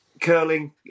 curling